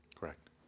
Correct